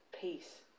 peace